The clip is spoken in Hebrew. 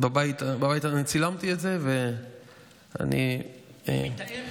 אני צילמתי את זה ואני שומר על